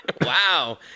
Wow